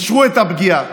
אישרו את הפגיעה.